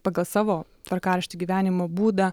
pagal savo tvarkaraštį gyvenimo būdą